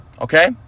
okay